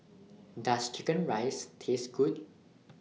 Does Chicken Rice Taste Good